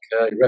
Okay